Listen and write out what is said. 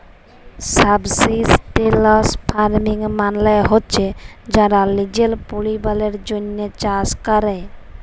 subsistence farming মালে হছে যারা লিজের পরিবারের জ্যনহে চাষ ক্যরে